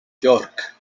york